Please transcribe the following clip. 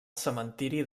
cementiri